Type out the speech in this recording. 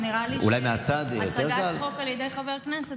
נראה לי שהצגת חוק על ידי חבר כנסת,